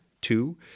Two